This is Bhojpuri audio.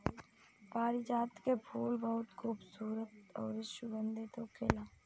पारिजात के फूल बहुत खुबसूरत अउरी सुगंधित होखेला